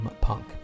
Punk